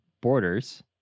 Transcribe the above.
Borders